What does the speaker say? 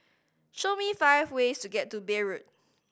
show me five ways to get to Beirut